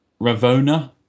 Ravona